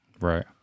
Right